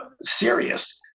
serious